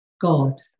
God